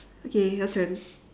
okay your turn